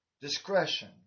discretion